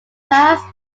past